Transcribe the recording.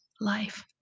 life